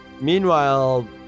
Meanwhile